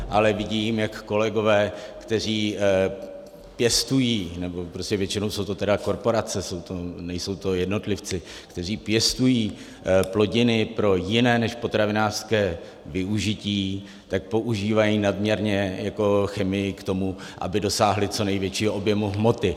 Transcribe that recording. Ale vidím, jak kolegové, kteří pěstují, nebo většinou jsou to tedy korporace, nejsou to jednotlivci, kteří pěstují plodiny pro jiné než potravinářské využití, používají nadměrně chemii k tomu, aby dosáhli co největšího objemu hmoty.